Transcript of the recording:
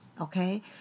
Okay